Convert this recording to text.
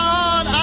God